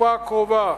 בתקופה הקרובה".